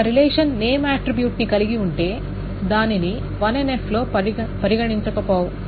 ఒక relation name attribute ని కలిగి ఉంటే దానిని 1NF లో పరిగణించక పోవచ్చు